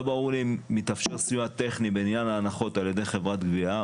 לא ברור לי אם כאשר מתאפשר סיוע טכני בעניין ההנחות על ידי חברת גבייה,